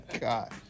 god